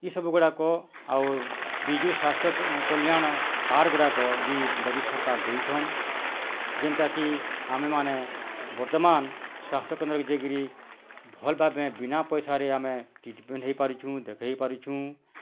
ଇ ସବୁ ଗୁଡ଼ାକ ଆଉ ବିଜୁ ସ୍ଵାସ୍ଥ୍ୟ କଲ୍ୟାଣ କାର୍ଡ଼ ଗୁଡ଼ାକ ବି ନବୀନ୍ ସରକାର୍ ଦେଇଛନ୍ ଯେନ୍ତା କି ଆମେ ମାନେ ବର୍ତ୍ତମାନ ସ୍ଵାସ୍ଥ୍ୟ କେନ୍ଦ୍ର କୁ ଯାଇ କିରି ଭଲ୍ ଭାବେ ବିନା ପଇସା ରେ ଆମେ ଟ୍ରିଟମେଣ୍ଟ ହେଇ ପାରିଛୁ ଦେଖାଇ ପାରିଛୁ